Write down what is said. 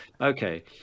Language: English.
okay